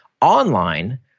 online